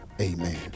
amen